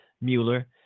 Mueller